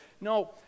no